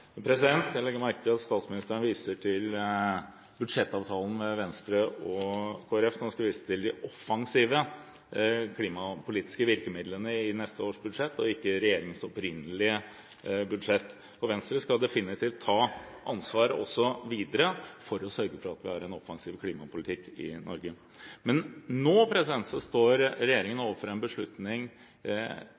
Venstre og Kristelig Folkeparti når hun skal vise til de offensive klimapolitiske virkemidlene i neste års budsjett og ikke til regjeringens opprinnelige budsjett. Venstre skal definitivt ta ansvar også videre for å sørge for at vi får en offensiv klimapolitikk i Norge. Nå står regjeringen overfor en beslutning